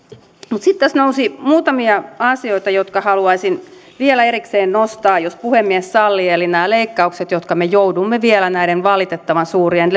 mutta sitten tässä nousi muutamia asioita jotka haluaisin vielä erikseen nostaa jos puhemies sallii eli nämä leikkaukset jotka me joudumme vielä näiden valitettavan suurien